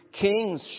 kings